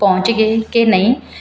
ਪਹੁੰਚ ਗਏ ਕਿ ਨਹੀਂ